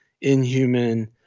inhuman